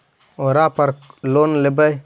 ओरापर लोन लेवै?